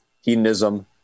hedonism